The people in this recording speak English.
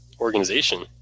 organization